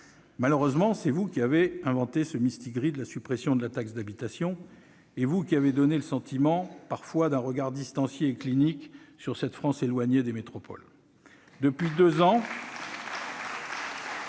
Malheureusement, c'est vous qui avez inventé ce mistigri de la suppression de la taxe d'habitation, vous aussi qui avez parfois donné le sentiment de porter un regard distancié et clinique sur cette France éloignée des métropoles.